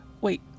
Wait